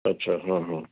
अच्छा हा हा